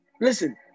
listen